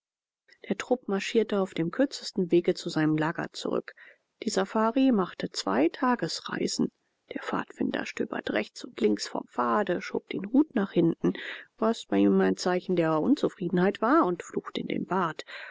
der trupp marschierte auf dem kürzesten wege zu seinem lager zurück die safari machte zwei tagesreisen der pfadfinder stöberte rechts und links vom pfade schob den hut nach hinten was bei ihm ein zeichen der unzufriedenheit war und fluchte in den bart